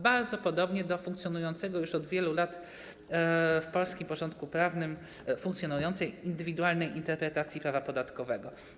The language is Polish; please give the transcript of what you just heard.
Bardzo podobnie do funkcjonującej już od wielu lat w polskim porządku prawnym indywidualnej interpretacji prawa podatkowego.